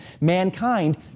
mankind